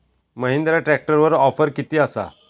महिंद्रा ट्रॅकटरवर ऑफर किती आसा?